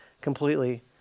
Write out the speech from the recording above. completely